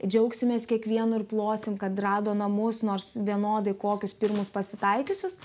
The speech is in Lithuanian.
džiaugsimės kiekvienu ir plosim kad rado namus nors vienodai kokius pirmus pasitaikiusius